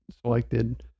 selected